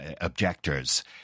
objectors